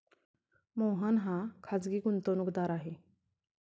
मोहन हा खाजगी गुंतवणूकदार आहे